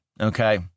okay